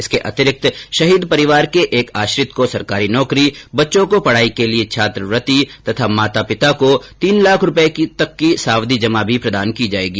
इसके अतिरिक्त शहीद परिवार के एक आश्रित को सरकारी नौकरी बच्चों को पढ़ाई के लिये छात्रवृत्ति तथा माता पिता को तीन लाख रूपये की सावधी जमा भी प्रदान की जायेगी